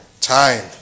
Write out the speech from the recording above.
time